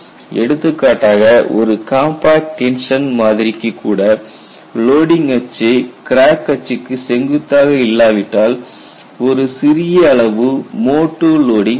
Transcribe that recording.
எடுத்துக்காட்டாக ஒரு compact tension மாதிரிக்கு கூட லோடிங் அச்சு கிராக் அச்சுக்கு செங்குத்தாக இல்லாவிட்டால் ஒரு சிறிய அளவு மோட் II லோடிங் இருக்கும்